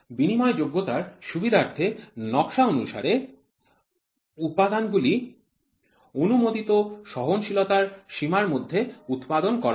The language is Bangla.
বিনিময়যোগ্যতার সুবিধার্থে নকশা অনুসারে উপাদানগুলি অনুমোদিত সহনশীলতার সীমার মধ্যে উৎপাদন করা হয়